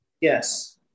Yes